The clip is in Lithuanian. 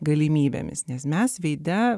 galimybėmis nes mes veide